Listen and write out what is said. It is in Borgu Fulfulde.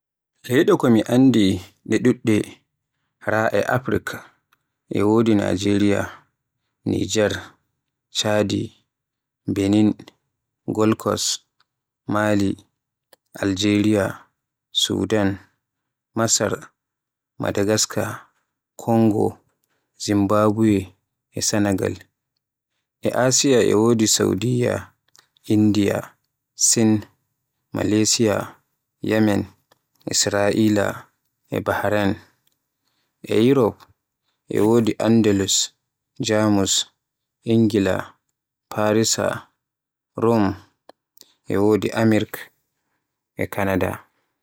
Leyde ko mi anndi de dudd, raa e Afrik e wodi Najeriya, Nijar, CHadi, Binin, Golkos, Mali, Aljeriya, Sudan, Masar, Madagaska, Kingo, ZImbabuwe, e Senegal. E Asiya e wodi Saudiyya, Indiya, Sin, Japan, Malesiya, Yemen, Isra'ila, e Bahrain. E Yurof e wodi Andalus, Jamus, Ingila, Faransa Rome, e wodi Amirk e Kanada.